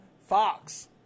Fox